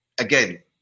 Again